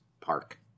Park